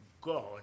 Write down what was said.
God